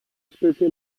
especie